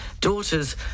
daughter's